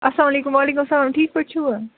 اَسلامُ علیکُم وعلیکُم سلام ٹھیٖک پٲٹھۍ چھُوٕ